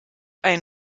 ein